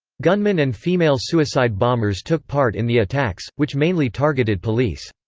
gunmen and female suicide bombers took part in the attacks, which mainly targeted police.